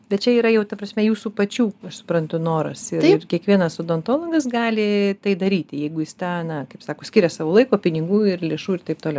bet čia yra jau ta prasme jūsų pačių aš suprantu noras ir kiekvienas odontologas gali tai daryti jeigu jis tą na kaip sako skiria savo laiko pinigų ir lėšų ir taip toliau